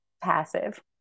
passive